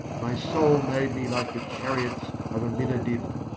my soul made me like the chariots of amminadib.